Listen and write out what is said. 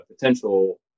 potential